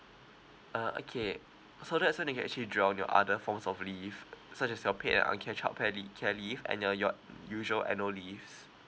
uh okay uh so that's when you can actually drown your other forms of leave such as your paid and uncatchup pa~ le~ care leave and uh your usual annual leaves